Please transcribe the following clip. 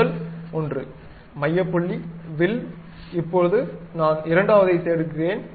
முதல் ஒன்று மைய புள்ளி வில் இப்போது நான் இரண்டாவதை எடுக்கிறேன்